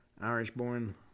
Irish-born